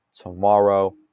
tomorrow